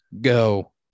go